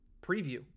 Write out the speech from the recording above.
Preview